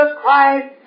Christ